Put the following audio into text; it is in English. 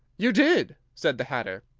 you did! said the hatter.